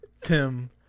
Tim